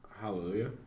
Hallelujah